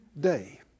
day